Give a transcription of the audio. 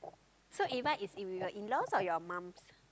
so Eva is with your in law or your mom's